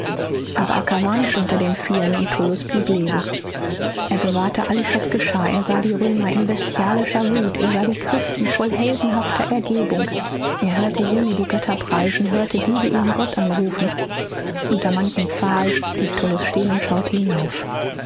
aber acca war nicht unter den vielen und tullus blieb leben er gewahrte alles was geschah er sah die römer in bestialischer wuth sah die christen voll heldenhafter ergebung er hörte jene die götter preisen hörte diese ihren gott anrufen unter manchem pfahl blieb tullus stehen und schaute hinauf